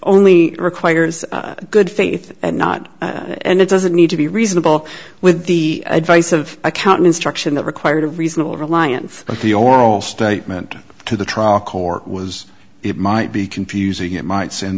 only requires good faith and not and it doesn't need to be reasonable with the advice of a count instruction that required a reasonable reliance on the oral statement to the trial court was it might be confusing it might send